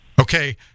Okay